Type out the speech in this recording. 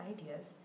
ideas